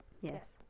Yes